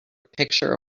picture